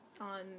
on